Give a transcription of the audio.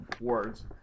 words